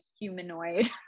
humanoid